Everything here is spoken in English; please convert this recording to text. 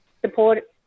support